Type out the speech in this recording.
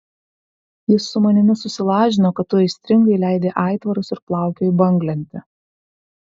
jis su manimi susilažino kad tu aistringai leidi aitvarus ir plaukioji banglente